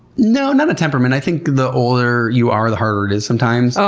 no, not a temperament. i think the older you are, the harder it is sometimes. ah